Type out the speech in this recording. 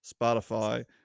Spotify